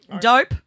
Dope